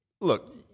look